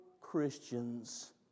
Christians